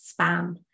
spam